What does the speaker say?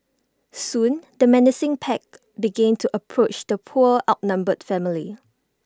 soon the menacing pack began to approach the poor outnumbered family